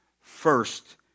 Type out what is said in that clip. first